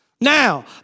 Now